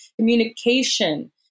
communication